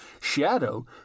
shadow